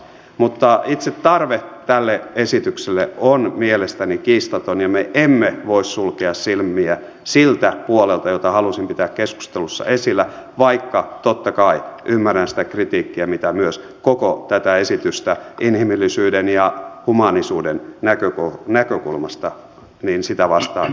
mutta itse tarve tälle esitykselle on mielestäni kiistaton ja me emme voi sulkea silmiä siltä huolelta jota halusin pitää keskustelussa esillä vaikka totta kai ymmärrän sitä kritiikkiä mitä myös koko tätä esitystä vastaan inhimillisyyden ja humaanisuuden näkökulmasta on esitetty